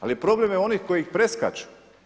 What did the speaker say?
Ali problem je onih koji ih preskaču.